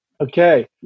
Okay